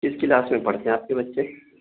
کس کلاس میں پڑھتے ہیں آپ کے بچے